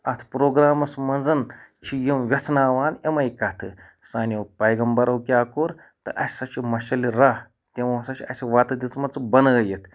اتھ پروگرامَس مَنز چھِ یِم وٮ۪ژھناوان امے کَتھِ سانیو پیغَمبَرَو کیاہ کوٚر تہٕ اَسہِ سہ چھُ مَشعَلہِ راہ تِمو ہَسا چھِ اَسہِ وَتہٕ دِژمَژٕ بَنٲیِتھ